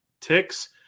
ticks